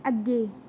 ਅੱਗੇ